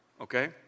okay